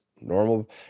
normal